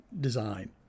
design